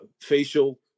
facial